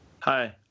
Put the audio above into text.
Hi